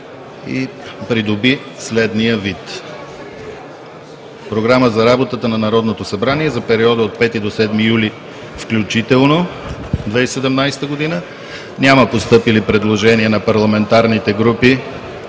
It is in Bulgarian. придоби следния вид: